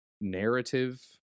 narrative